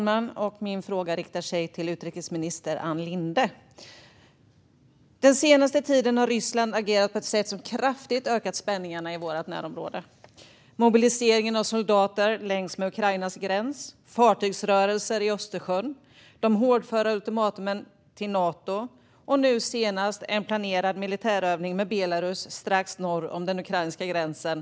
Fru talman! Min fråga riktar sig till utrikesminister Ann Linde. Den senaste tiden har Ryssland agerat på ett sätt som kraftigt ökat spänningarna i vårt närområde: mobilisering av soldater längs med Ukrainas gräns, fartygsrörelser i Östersjön, hårdföra ultimatum till Nato och nu senast en planerad militärövning med Belarus strax norr om den ukrainska gränsen.